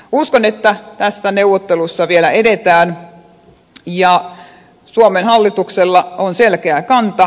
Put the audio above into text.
uskon että näissä neuvotteluissa vielä edetään ja suomen hallituksella on selkeä kanta